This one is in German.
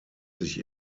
sich